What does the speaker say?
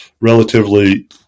relatively